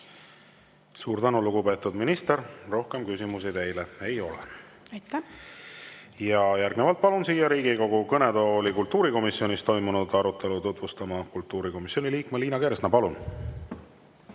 Suur tänu, lugupeetud minister! Rohkem küsimusi teile ei ole. Järgnevalt palun siia Riigikogu kõnetooli kultuurikomisjonis toimunud arutelu tutvustama kultuurikomisjoni liikme Liina Kersna. Palun!